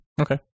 Okay